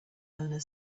owner